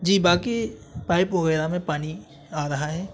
جی باقی پائپ وغیرہ میں پانی آ رہا ہے